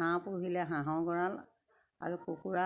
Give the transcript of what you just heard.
হাঁহ পুহিলে হাঁহৰ গঁড়াল আৰু কুকুৰা